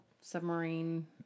submarine